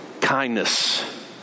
kindness